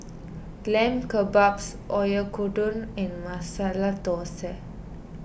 Lamb Kebabs Oyakodon and Masala Dosa